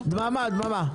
דממה,